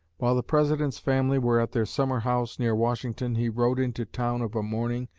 while the president's family were at their summer-house, near washington, he rode into town of a morning,